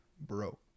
bro